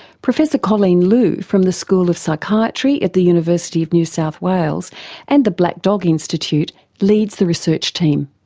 professor colleen loo from the school of psychiatry at the university of new south wales and the black dog institute leads the research team.